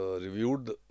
reviewed